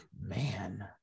man